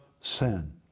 sin